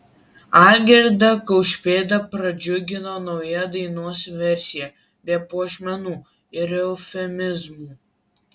algirdą kaušpėdą pradžiugino nauja dainos versija be puošmenų ir eufemizmų